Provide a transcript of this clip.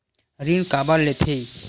ऋण काबर लेथे?